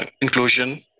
Inclusion